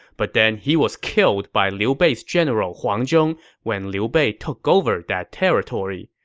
but then he was killed by liu bei's general huang zhong when liu bei took over that territory.